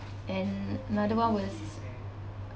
and another one was